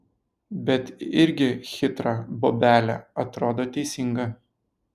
bet irgi chitra bobelė atrodo teisinga